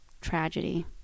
tragedy